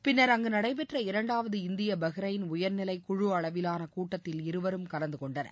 பிள்ள் அங்கு நடைபெற்ற இரண்டாவது இந்திய பஹ்ரைன் உயர்நிலைக் குழு அளவிலான கூட்டத்தில் இருவரும் கலந்துகொண்டனர்